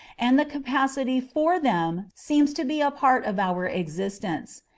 and the capacity for them seems to be a part of our existence.